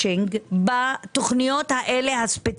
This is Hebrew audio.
אותו דבר במערכת החינוך.